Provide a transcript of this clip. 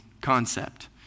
concept